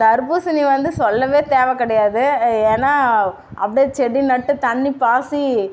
தர்பூசணி வந்து சொல்லவே தேவை கிடையாது ஏன்னா அப்படியே செடி நட்டு தண்ணி பாய்ச்சி